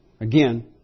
Again